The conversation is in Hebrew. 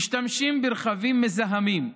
משתמשים ברכבים מזהמים,